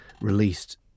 released